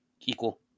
Equal